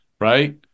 right